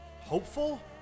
hopeful